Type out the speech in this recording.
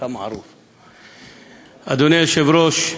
אדוני היושב-ראש,